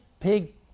pig